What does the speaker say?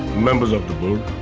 members of the board.